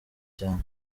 cyane